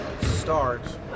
start